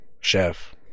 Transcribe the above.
Chef